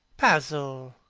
basil,